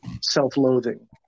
self-loathing